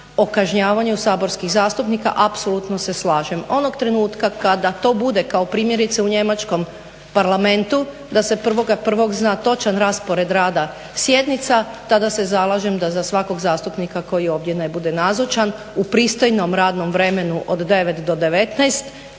o kažnjavanju saborskih zastupnika, apsolutno se slažem. Onog trenutka kada to bude kao primjerice u njemačkom parlamentu da se 1.1. zna točan raspored rada sjednica tada se zalažem da za svakog zastupnika koji ovdje ne bude nazočan u pristojnom radnom vremenu od 9 do 19